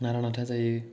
नारानाथा जायो